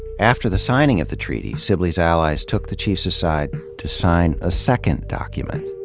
after the signing of the treaty, sib ley's allies took the chiefs aside to sign a second document.